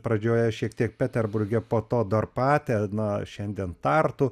pradžioje šiek tiek peterburge po to dorpate na šiandien tartu